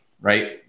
right